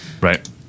Right